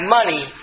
money